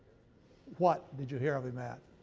what did you hear of him as?